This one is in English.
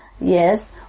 Yes